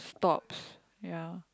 she thought ya